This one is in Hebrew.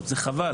הרשויות, זה חבל.